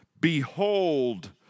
Behold